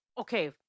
okay